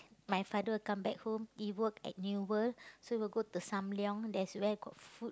my father will come back home he work at New-World so we'll go to Sam-Leong there's where got food